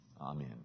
Amen